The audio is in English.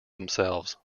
themselves